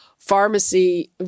Pharmacy